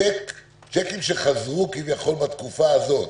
צ'קים שחזרו כביכול בתקופה הזאת,